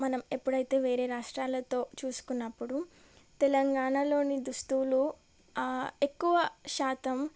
మనం ఎప్పుడైతే వేరే రాష్ట్రాలతో చూసుకున్నప్పుడు తెలంగాణలోని దుస్తువులు ఎక్కువ శాతం